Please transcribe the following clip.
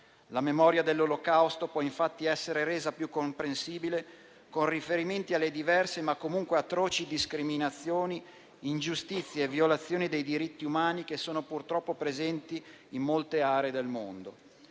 La memoria dell'Olocausto può infatti essere resa più comprensibile con riferimenti alle diverse, ma comunque atroci discriminazioni, ingiustizie e violazioni dei diritti umani che sono purtroppo presenti in molte aree del mondo.